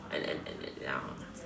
and and and ya